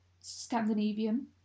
Scandinavian